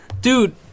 Dude